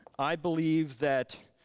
i believe that